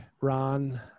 Ron